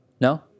No